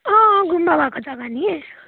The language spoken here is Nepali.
गुम्बा भएको जग्गा नि